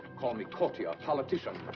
call me courtier, politician.